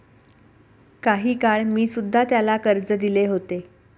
काही काळ मी सुध्धा त्याला कर्ज दिले होते